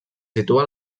situa